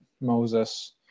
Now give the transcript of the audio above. moses